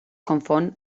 confon